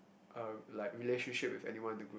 uh like relationship with anyone in the group